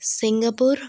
Singapore